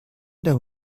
der